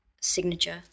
signature